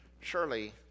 surely